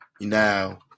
now